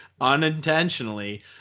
unintentionally